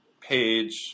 page